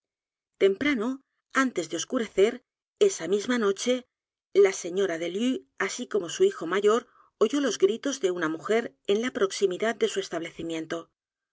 temprano antes de oscurecer esa misma noche la señora delue así como su hijo mayor oyó los gritos de una mujer en la proximidad de su establecimiento